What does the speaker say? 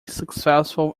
successful